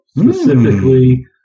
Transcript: Specifically